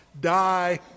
Die